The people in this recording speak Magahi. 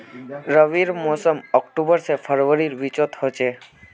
रविर मोसम अक्टूबर से फरवरीर बिचोत होचे